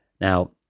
Now